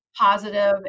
positive